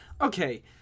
Okay